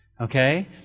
Okay